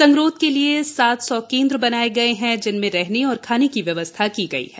संगरोध के लिए सात सौ केंद्र बनाये गये हैं जिनमें रहने और खाने की व्यवस्था है